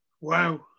Wow